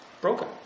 broken